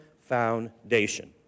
foundation